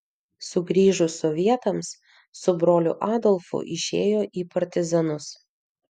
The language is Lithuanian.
sugrįžus sovietams su broliu adolfu išėjo į partizanus